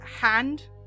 hand